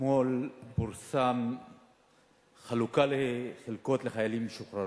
אתמול פורסמה חלוקה לחלקות לחיילים משוחררים.